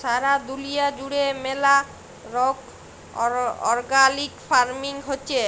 সারা দুলিয়া জুড়ে ম্যালা রোক অর্গ্যালিক ফার্মিং হচ্যে